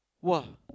!wah!